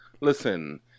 Listen